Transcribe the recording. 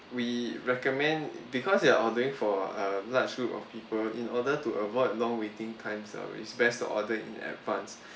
we recommend because you are ordering for a large group of people in order to avoid long waiting times ah it's best to order in advance